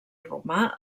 romà